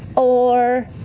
or.